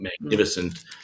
magnificent